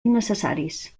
innecessaris